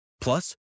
Plus